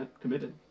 committed